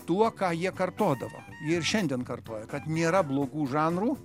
tuo ką jie kartodavo ir šiandien kartoja kad nėra blogų žanrų